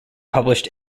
published